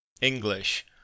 English